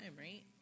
Right